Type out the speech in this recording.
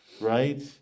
right